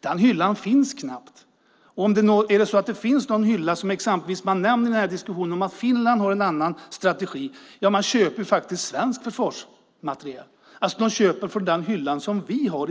Den hyllan finns knappast. Är det så att det finns någon hylla? Man nämner till exempel att Finland har en annan strategi. De köper faktiskt svensk försvarsmateriel. De köper i stor utsträckning från den hylla som vi har.